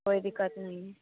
कोई दिक्कत नहीं है